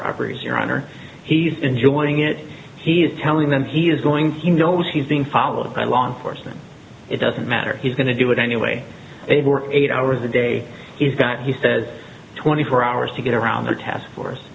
robberies your honor he's enjoying it he is telling them he is going he knows he's being followed by law enforcement it doesn't matter he's going to do it anyway they work eight hours a day he's got he says twenty four hours to get around the task force